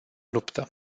luptă